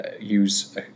use